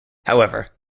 however